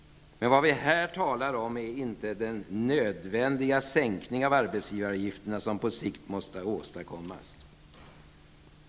Men det vi här talar om är inte den nödvändiga sänkning av arbetsgivaravgifterna som på sikt måste åstadkommas.